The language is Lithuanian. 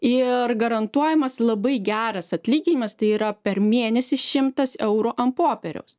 ir garantuojamas labai geras atlyginimas tai yra per mėnesį šimtas eurų ant popieriaus